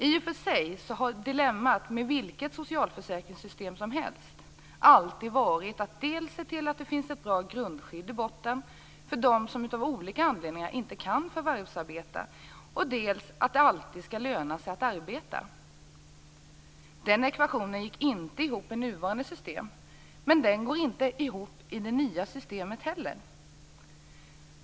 I och för sig har dilemmat med vilket socialförsäkringssystem som helst alltid varit att se till dels att det finns ett bra grundskydd i botten för dem som av olika anledningar inte kan förvärvsarbeta, dels att det alltid skall löna sig att arbeta. Den ekvationen gick inte ihop i det nuvarande systemet, och den går inte ihop i det nya systemet heller.